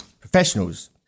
professionals